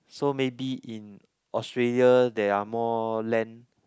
so maybe in Australia there are more land